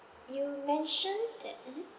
you mentioned that mmhmm